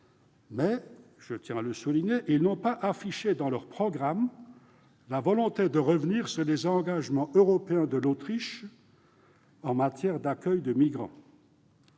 Mais, je tiens à le souligner, ils n'ont pas affiché dans leurs programmes la volonté de revenir sur les engagements européens de l'Autriche en matière d'accueil de migrants.